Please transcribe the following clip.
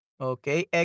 Okay